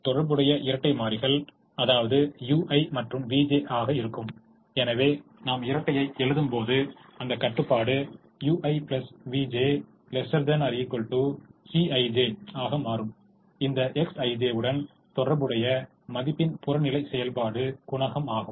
எனவே தொடர்புடைய இரட்டை மாறிகள் அதாவது ui மற்றும் vj ஆக இருக்கும் எனவே நாம் இரட்டையை எழுதும் போது அந்த கட்டுப்பாடு ui vj ≤ Cij ஆக மாறும் இந்த Xij உடன் தொடர்புடைய மதிப்பின் புறநிலை செயல்பாடு குணகம் ஆகும்